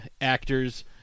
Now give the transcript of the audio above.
actors